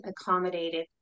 accommodated